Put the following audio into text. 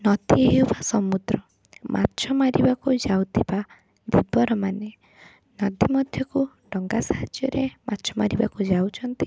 ନଦୀ ହେଉ ବା ସମୁଦ୍ର ମାଛ ମାରିବାକୁ ଯାଉଥିବା ଧୀବରମାନେ ନଦୀ ମଧ୍ୟକୁ ଡଙ୍ଗା ସାହାଯ୍ୟରେ ମାଛ ମାରିବାକୁ ଯାଉଛନ୍ତି